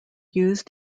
used